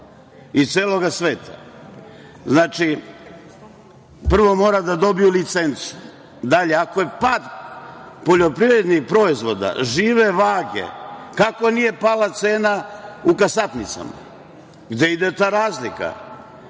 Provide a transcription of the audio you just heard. iz celog sveta. Znači, prvo mora da dobiju licencu. Dalje, ako je pad poljoprivrednih proizvoda žive vage, kako nije pala cena u kasapnicama? Gde ide ta razlika?